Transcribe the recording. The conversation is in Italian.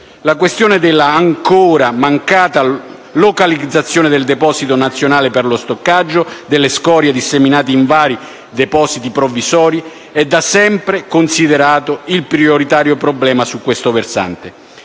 La questione della ancora mancata localizzazione del deposito nazionale per lo stoccaggio delle scorie, disseminate in vari depositi provvisori, è da sempre considerata come il problema prioritario su questo versante.